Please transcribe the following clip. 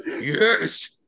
yes